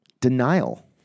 denial